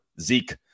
Zeke